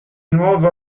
nuovo